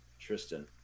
Tristan